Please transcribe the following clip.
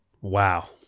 Wow